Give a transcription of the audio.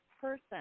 person